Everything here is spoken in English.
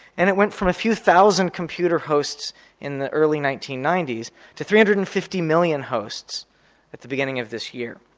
and it went from a few thousand computer hosts in the early nineteen ninety s to three hundred and fifty million hosts at the beginning of this year.